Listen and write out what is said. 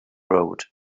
road